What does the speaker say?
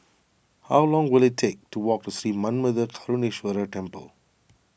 how long will it take to walk to Sri Manmatha Karuneshvarar Temple